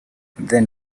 then